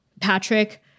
Patrick